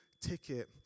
ticket